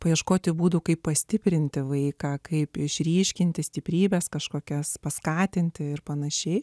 paieškoti būdų kaip pastiprinti vaiką kaip išryškinti stiprybes kažkokias paskatinti ir pan